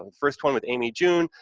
um first one with amy june,